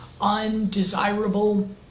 undesirable